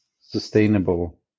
sustainable